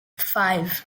five